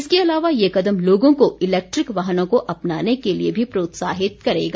इसके अलावा ये कदम लोगों को इलेक्ट्रिक वाहनों को अपनाने के लिए भी प्रोत्साहित करेगा